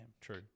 True